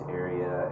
area